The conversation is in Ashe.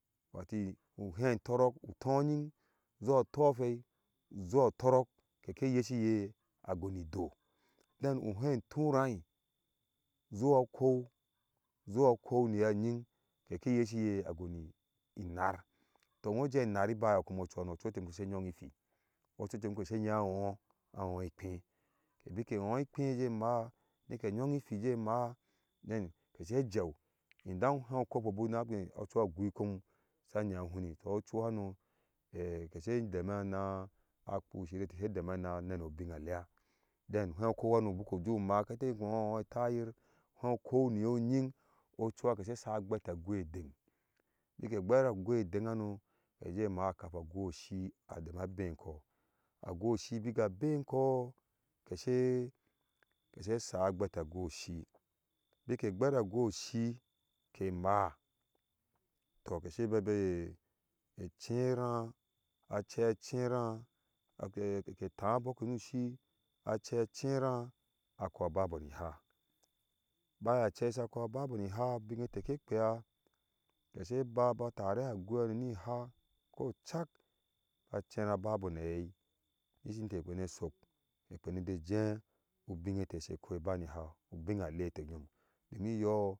Watu uhei tɔrɔk tɔuŋying zuwa utɔphei zuwa tɔrɔk kɛkɛ yesi yɛ agɔni ido den u hei ŋturai zuwa u kɔɔu zuwa ukɔɔu niyoh ŋying, kɛkɛ yesi yɛ agoni ŋnar tɔ ujɛ inar ibayo komno ochuhano ɔchuite sh ŋyi yirah ŋyoni pheɛ ɔchuite she ŋyi yirah ɔu ikpea ke bikɛ hoi ikpe je maa nike ŋyongi ipheɛ bun na kpɛi ɔchu ɛgui kom sanɨ huni tɔ ɔchuhano kesɛ de me na kpu shiri ɛtɛ ɛhe deme na nenubinalɛa den uhei ukɔɔu buku ju maa ketel hohona no tayir hei ukɔɔu ŋyin ɔchu h ake sha gbetɛ aghi ɛden ɛdeng bike gber agui oshie ademena beh ŋkɔh agui oshie bike beha ŋkɔh keshe kese sa abetɛ agui shie bikɛ bikɛ gbereh aguishie kɛ maa tɔ kɛse bebe chrah achɛi chraahke tah abokɛ nushie achei cherahakɔrbabɔɔ ni haa baya achɛi sha kɔh babɔ ni haabinne tɛ kɛ kpea kɛsɛ ba ba tarihɛ aguihanomhaa ko cak a ceraa babo na hainiom tɛ kpeni sɔk kɛ kpenɛh jɛ jɛh ubine tɛ se koh ba ni haa ubina iɛ atɛ ŋyom do mi ŋyɔɔh.